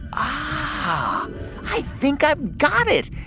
um ah i think i've got it.